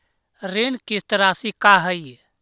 ऋण किस्त रासि का हई?